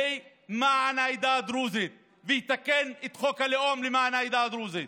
למען העדה הדרוזית ויתקן את חוק הלאום למען העדה הדרוזית.